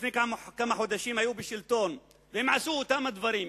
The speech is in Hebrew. לפני כמה חודשים האופוזיציה היתה בשלטון והם עשו את אותם הדברים.